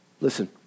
Listen